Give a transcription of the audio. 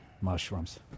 Mushrooms